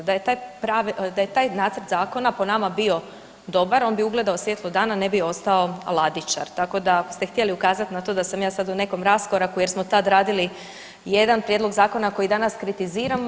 Da je taj nacrt zakona po nama bio dobar on bi ugledao svjetlo dana, ne bi ostao ladičar, tako da ste htjeli ukazat na to da sam ja sad u nekom raskoraku jer smo tad radili jedan prijedlog zakona koji danas kritiziramo.